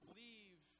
leave